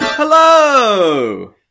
Hello